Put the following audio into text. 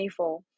24